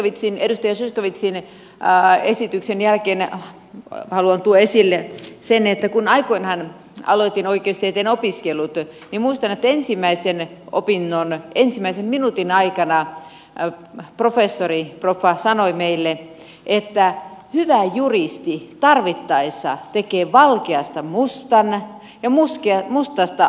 tämän edustaja zyskowiczin esityksen jälkeen haluan tuoda esille sen että kun aikoinaan aloitin oikeustieteen opiskelut niin muistan että ensimmäisen opinnon ensimmäisen minuutin aikana proffa sanoi meille että hyvä juristi tarvittaessa tekee valkeasta mustan ja mustasta valkean